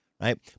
right